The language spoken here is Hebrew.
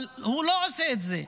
אבל הוא לא עושה את זה.